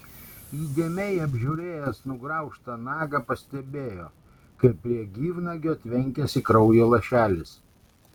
įdėmiai apžiūrėjęs nugraužtą nagą pastebėjo kaip prie gyvnagio tvenkiasi kraujo lašelis